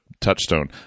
touchstone